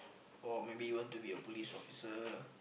or maybe you want to be a police officer